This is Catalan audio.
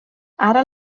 ara